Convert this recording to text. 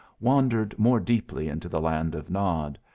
wandered more deeply into the land of nod.